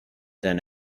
than